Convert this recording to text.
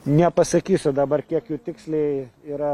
nepasakysiu dabar kiek jų tiksliai yra